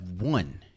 one